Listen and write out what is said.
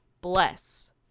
bless